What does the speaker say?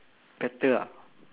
better ah